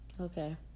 Okay